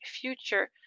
future